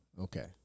Okay